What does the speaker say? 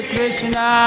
Krishna